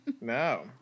No